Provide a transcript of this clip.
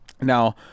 Now